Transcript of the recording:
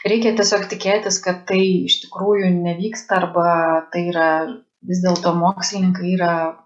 reikia tiesiog tikėtis kad tai iš tikrųjų nevyksta arba tai yra vis dėlto mokslininkai yra